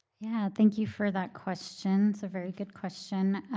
yeah, thank you for that question. so very good question.